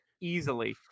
easily